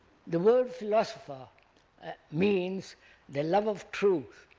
the word philosopher means the love of truth,